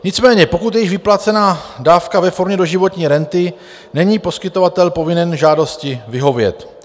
Nicméně pokud je již vyplacena dávka ve formě doživotní renty, není poskytovatel povinen žádosti vyhovět.